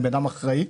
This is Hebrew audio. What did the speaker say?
אני אדם אחראי,